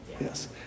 yes